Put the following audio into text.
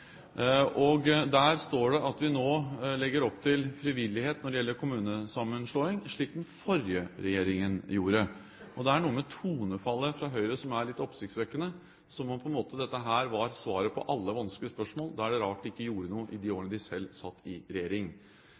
Og der står det at vi nå legger opp til frivillighet når det gjelder kommunesammenslåing, slik den forrige regjeringen gjorde. Det er noe med tonefallet fra Høyre som er litt oppsiktsvekkende, som om dette på en måte var svaret på alle vanskelige spørsmål. Da er det rart de ikke gjorde noe i de årene de selv satt i regjering.